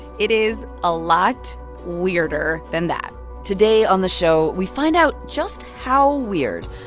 it is a lot weirder than that today on the show, we find out just how weird.